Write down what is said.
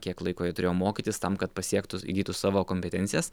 kiek laiko jie turėjo mokytis tam kad pasiektų įgytų savo kompetencijas